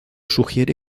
sugiere